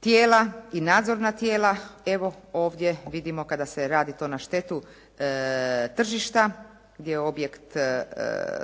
tijela i nadzorna tijela evo ovdje vidimo kada se radi to na štetu tržišta gdje je objekt